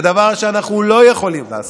זה דבר שאנחנו לא יכולים לעשות.